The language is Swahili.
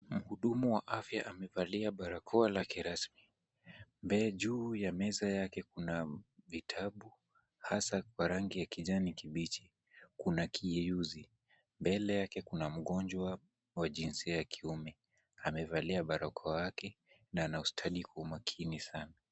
Mhudumu wa afya amevalia barakoa lake rasmi. Juu ya meza yake kuna vitabu hasa kwa rangi ya kijani kibichi. Kuna kiyeyuzi. Mbele yake kuna mgonjwa wa jinsia ya kiume. Amevalia barakoa yake na ana ustadi kwa umakini sana.